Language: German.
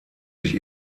sich